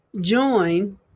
join